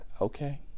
okay